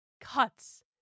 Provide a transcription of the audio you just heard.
cuts